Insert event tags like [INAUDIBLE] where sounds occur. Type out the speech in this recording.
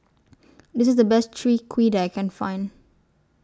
[NOISE] This IS The Best Chwee Kueh that I Can Find